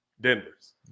Denver's